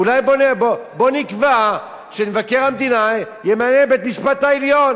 אולי בוא נקבע שאת מבקר המדינה ימנה בית-המשפט העליון